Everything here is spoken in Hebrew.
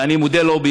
ואני מודה לו,